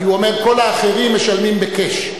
כי הוא אומר: כל האחרים משלמים ב-cash.